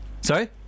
Sorry